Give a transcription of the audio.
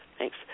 thanks